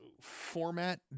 format